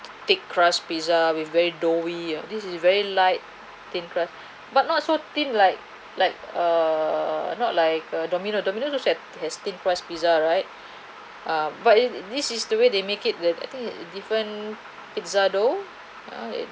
thick crust pizza with very doughy ah this is very light thin crust but not so thin like like err not like uh domino domino also have has thin crust pizza right um but if this is the way they make it I think it's different pizza dough